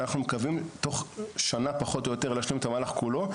אנחנו מקווים בתוך שנה פחות או יותר להשלים את המהלך כולו,